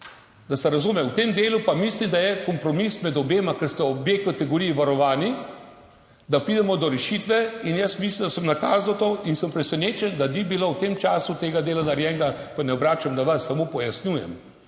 Da se razumemo, v tem delu pa mislim, da je kompromis med obema, ker sta obe kategoriji varovani, da pridemo do rešitve. In jaz mislim, da sem nakazal to in sem presenečen, da ni bilo v tem času tega dela narejenega – pa ne obračam na vas, samo pojasnjujem